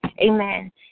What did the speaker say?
Amen